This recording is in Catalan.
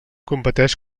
competeix